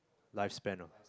lifespan ah